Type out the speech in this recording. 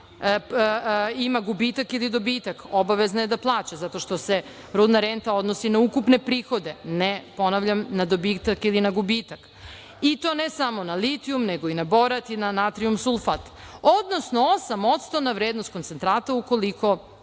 ima gubitak ili dobitak, obavezna je da plaća zato što se rudna renta odnosi na ukupne prihode, ne, ponavljam na dobitak ili na gubitak. I to ne samo na litijum, nego i na borat i na natrijum-sulfat, odnosno 8% na vrednost koncentrata ukoliko